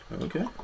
okay